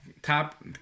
Top